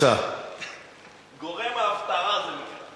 גורם ההפתעה, זה נקרא.